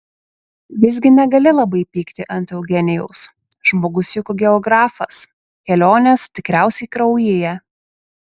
visgi negali labai pykti ant eugenijaus žmogus juk geografas kelionės tikriausiai kraujyje